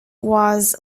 was